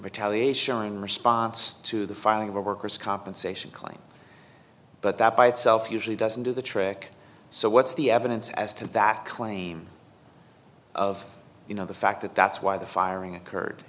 retaliation or in response to the filing of a worker's compensation claim but that by itself usually doesn't do the trick so what's the evidence as to that claim of you know the fact that that's why the firing occurred